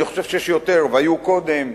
אני חושב שיש יותר, והיו קודם.